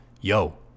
yo